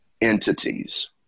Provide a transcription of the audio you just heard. entities